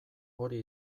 hori